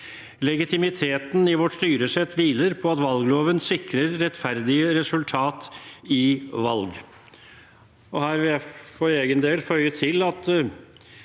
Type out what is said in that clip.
Legitimiteten i vårt styresett hviler på at valgloven sikrer rettferdige resultat i valg.